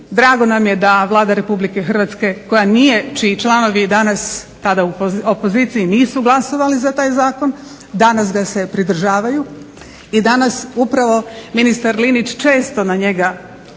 Drago nam je da Vlada Republike Hrvatske koja nije, čiji članovi danas tada u opoziciji nisu glasovali za taj zakon danas ga se pridržavaju i danas upravo ministar Linić često na njega se